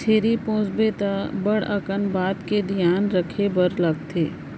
छेरी पोसबे त बड़ अकन बात के धियान रखे बर लागथे